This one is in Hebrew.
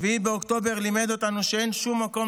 7 באוקטובר לימד אותנו שאין שום מקום